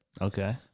Okay